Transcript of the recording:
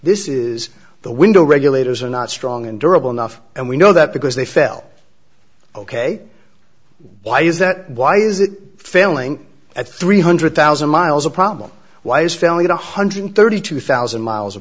this is the window regulators are not strong and durable enough and we know that because they fell ok why is that why is it failing at three hundred thousand miles a problem why is failure one hundred thirty two thousand miles a